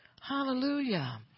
Hallelujah